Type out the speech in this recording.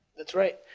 that's right.